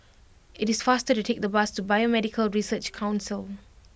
it is faster to take the bus to Biomedical Research Council